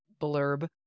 blurb